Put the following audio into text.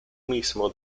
mismo